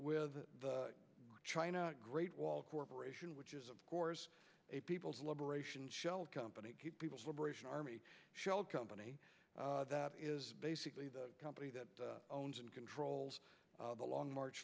with china great wall corporation which is of course a people's liberation shell company people's liberation army shell company that is basically the company that owns and controls the long march